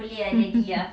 mm mm